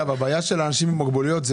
הבעיה של אנשים עם מוגבלויות,